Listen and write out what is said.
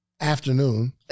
afternoon